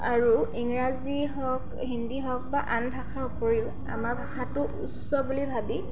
আৰু ইংৰাজী হওক হিন্দী হওক বা আন ভাষাৰ উপৰিও আমাৰ ভাষাটো উচ্চ বুলি ভাবি